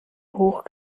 hoch